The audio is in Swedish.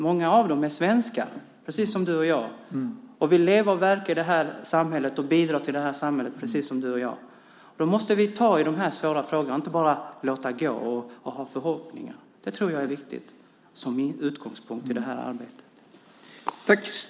Många av dem är svenskar precis som du och jag och vill leva och verka i det här samhället och bidra till samhället precis som du och jag. Därför måste vi ta tag i de här svåra frågorna - inte bara låta det gå och ha förhoppningar. Det tror jag är viktigt som en utgångspunkt i det här arbetet.